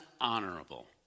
honorable